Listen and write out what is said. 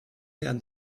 werden